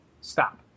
stop